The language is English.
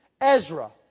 Ezra